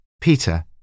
Peter